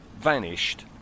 Vanished